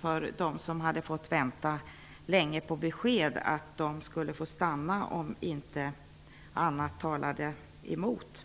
för dem som fått vänta länge på besked, att de skulle få stanna om inte annat talade emot.